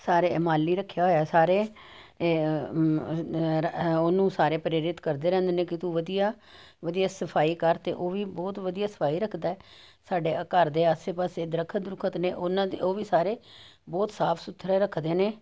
ਸਾਰੇ ਮਾਲੀ ਰੱਖਿਆ ਹੋਇਆ ਸਾਰੇ ਉਹਨੂੰ ਸਾਰੇ ਪ੍ਰੇਰਿਤ ਕਰਦੇ ਰਹਿੰਦੇ ਨੇ ਕਿ ਤੂੰ ਵਧੀਆ ਵਧੀਆ ਸਫ਼ਾਈ ਕਰ ਅਤੇ ਉਹ ਵੀ ਬਹੁਤ ਵਧੀਆ ਸਫਾਈ ਰੱਖਦਾ ਹੈ ਸਾਡੇ ਘਰ ਦੇ ਆਸੇ ਪਾਸੇ ਦਰੱਖਤ ਦਰੁੱਖਤ ਨੇ ਉਹਨਾਂ ਦੇ ਉਹ ਵੀ ਸਾਰੇ ਬਹੁਤ ਸਾਫ਼ ਸੁਥਰੇ ਰੱਖਦੇ ਨੇ